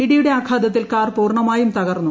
ഇടിയുടെ ആഘാതത്തിൽ കാർ പൂർണ്ണമിറ്റും തകർന്നു